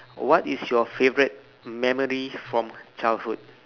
what is your favourite memory from childhood